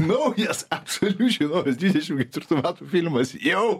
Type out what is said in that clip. naujas šalių žinovės dvidešimt ketvirtų metų filmas jau